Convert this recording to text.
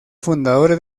fundadores